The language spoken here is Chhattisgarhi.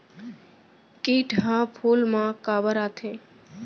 किट ह फूल मा काबर आथे?